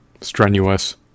strenuous